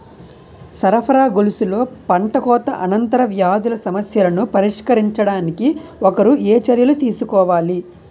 సరఫరా గొలుసులో పంటకోత అనంతర వ్యాధుల సమస్యలను పరిష్కరించడానికి ఒకరు ఏ చర్యలు తీసుకోవాలి?